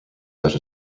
such